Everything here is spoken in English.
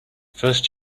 first